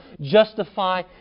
justify